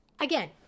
Again